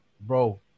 Bro